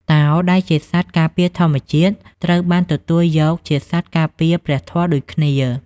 តោ ដែលជាសត្វការពារធម្មជាតិ ត្រូវបានទទួលយកជាសត្វការពារព្រះធម៌ដូចគ្នា។